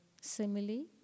simile